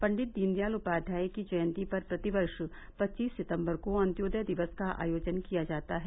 पंडित दीनदयाल उपाध्याय की जयंती पर प्रतिवर्ष पचीस सितंबर को अन्त्योदय दिवस का आयोजन किया जाता है